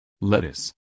Lettuce